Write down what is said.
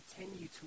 continue